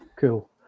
Cool